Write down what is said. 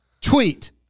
tweet